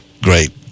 great